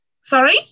Sorry